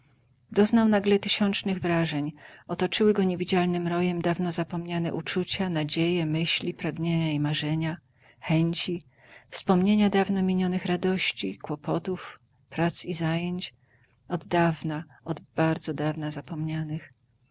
doznał nagle tysiącznych wrażeń otoczyły go niewidzialnym rojem dawno zapomniane uczucia nadzieje myśli pragnienia i marzenia chęci wspomnienia dawno minionych radości kłopotów prac i zajęć od dawna od bardzo dawna zapomnianych